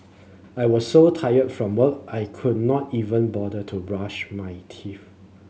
I was so tired from work I could not even bother to brush my teeth